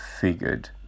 figured